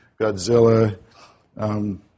Godzilla